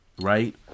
right